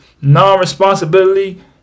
non-responsibility